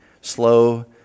slow